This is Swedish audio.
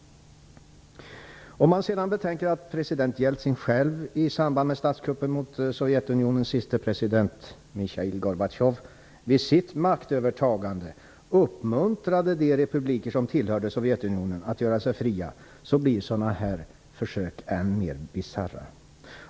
Om man betänker att president Jeltsin själv i samband med statskuppen mot Sovjetunionens siste president Michail Gorbatjov vid sitt maktövertagande uppmuntrade de republiker som tillhörde Sovjetunionen att göra sig fria, blir sådana här försök än mer bisarra.